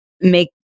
make